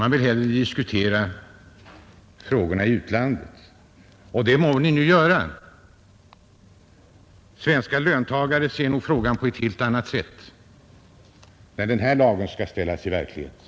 Ni vill hellre diskutera frågor som gäller utlandet, och det må ni nu göra — svenska löntagare ser nog saken på ett helt annat sätt när denna lag skall föras ut i verkligheten.